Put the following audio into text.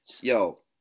Yo